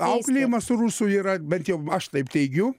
auklėjimas rusų yra bent jau aš taip teigiu